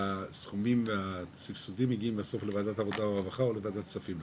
הסכומים והסבסודים מגיעים בסוף לוועדת העבודה והרווחה או לוועדת כספים,